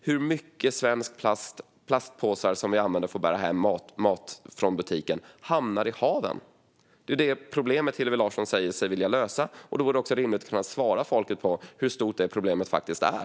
Hur många svenska plastpåsar som vi använder för att bära hem mat i från butiken hamnar i haven? Det är det problemet som Hillevi Larsson säger sig vilja lösa. Då är det också rimligt att hon kan ge folket svar på hur stort det problemet är.